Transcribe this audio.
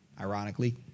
ironically